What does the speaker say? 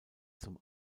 zum